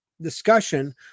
Discussion